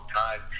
time